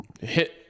hit